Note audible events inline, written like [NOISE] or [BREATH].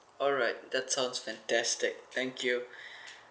alright that sounds fantastic thank you [BREATH]